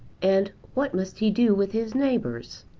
and what must he do with his neighbours?